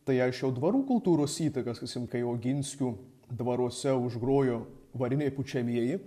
tai aš jau dvarų kultūros įtaką sakysim kai oginskių dvaruose užgrojo variniai pučiamieji